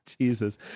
Jesus